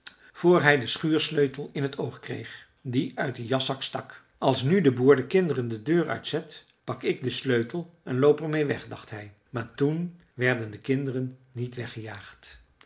voor hij den schuursleutel in t oog kreeg die uit den jaszak stak als nu de boer de kinderen de deur uit zet pak ik den sleutel en loop er meê weg dacht hij maar toen werden de kinderen niet weggejaagd